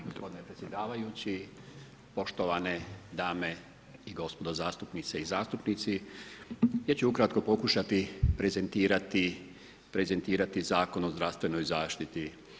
Gospodine predsjedavajući, poštovane dame i gospodo zastupnice i zastupnici, ja ću ukratko pokušati prezentirati Zakon o zdravstvenoj zaštiti.